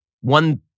one